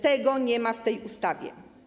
Tego nie ma w tej ustawie.